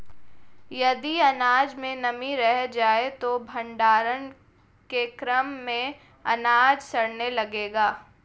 यदि अनाज में नमी रह जाए तो भण्डारण के क्रम में अनाज सड़ने लगेगा